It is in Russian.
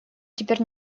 теперь